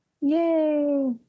Yay